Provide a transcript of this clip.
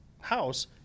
house